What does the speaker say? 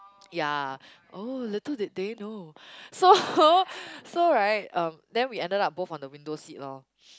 ya oh little did they know so so right um then we ended up both on the window seat lor